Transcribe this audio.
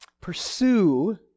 pursue